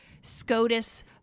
SCOTUS